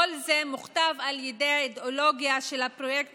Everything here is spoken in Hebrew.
כל זה מוכתב על ידי האידיאולוגיה של הפרויקט